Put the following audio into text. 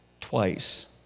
twice